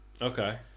Okay